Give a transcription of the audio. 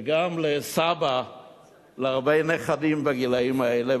וגם כסבא להרבה נכדים בגילים האלה,